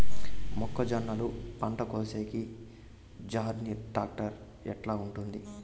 మొక్కజొన్నలు పంట కోసేకి జాన్డీర్ టాక్టర్ ఎట్లా ఉంటుంది?